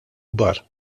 kbar